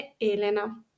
Elena